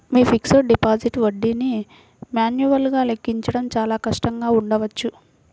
మీ fixed deposit వడ్డీని మాన్యువల్గా లెక్కించడం చాలా కష్టంగా ఉండవచ్చు